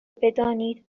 بدانید